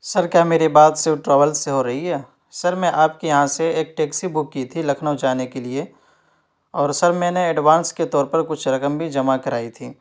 سر کیا میری بات شیو ٹریول سے ہو رہی ہے سر میں آپ کے یہاں سے ایک ٹیکسی بک کی تھی لکھنؤ جانے کے لیے اور سر میں نے ایڈوانس کے طور پر کچھ رقم بھی جمع کرائی تھی